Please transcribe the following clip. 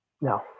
No